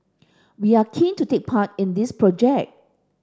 we are keen to take part in this project